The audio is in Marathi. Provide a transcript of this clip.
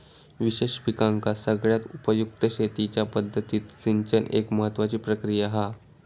विशेष पिकांका सगळ्यात उपयुक्त शेतीच्या पद्धतीत सिंचन एक महत्त्वाची प्रक्रिया हा